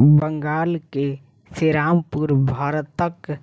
बंगाल के सेरामपुर भारतक